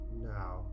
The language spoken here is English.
Now